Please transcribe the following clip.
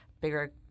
bigger